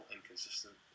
Inconsistent